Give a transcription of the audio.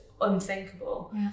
unthinkable